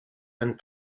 and